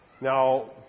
Now